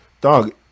dog